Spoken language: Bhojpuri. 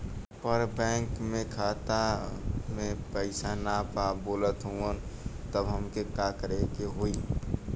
पर बैंक मे खाता मे पयीसा ना बा बोलत हउँव तब हमके का करे के होहीं?